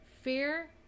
Fear